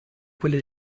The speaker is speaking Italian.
quelle